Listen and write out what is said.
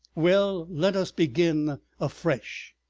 well, let us begin afresh.